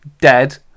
dead